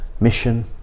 mission